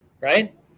right